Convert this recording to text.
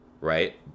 right